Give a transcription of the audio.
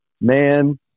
man